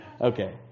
Okay